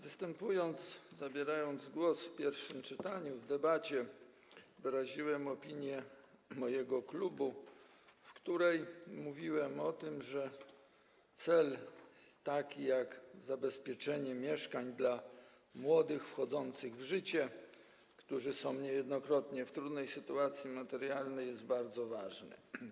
Występując, zabierając głos podczas pierwszego czytania, w debacie wyraziłem opinię mojego klubu, mówiłem o tym, że cel taki jak zabezpieczenie mieszkań dla młodych wchodzących w życie, którzy są niejednokrotnie w trudnej sytuacji materialnej, jest bardzo ważne.